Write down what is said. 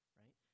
right